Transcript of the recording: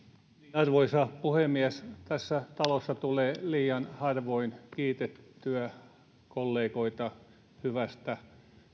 arvoisa puhemies tässä talossa tulee liian harvoin kiitettyä kollegaa hyvästä